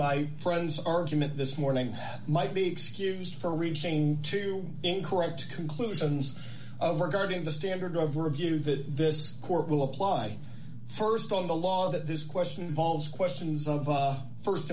my friend's argument this morning might be excused for retaining to incorrect conclusions of regarding the standard of review that this court will apply st on the law that this question involves questions of